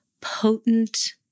potent